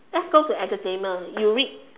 let's go to entertainment you read